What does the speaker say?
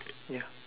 ya